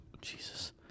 Jesus